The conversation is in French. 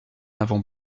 avons